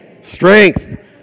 strength